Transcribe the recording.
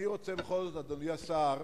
אני רוצה בכל זאת, אדוני השר,